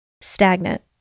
stagnant